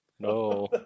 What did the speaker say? No